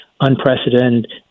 unprecedented